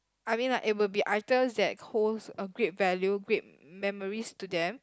I mean like it will be items that holds a great value great memories to them